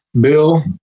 Bill